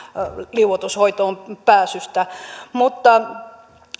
liuotushoitoon pääsystä seitsemässä minuutissa mutta